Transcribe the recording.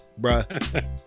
bruh